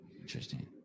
Interesting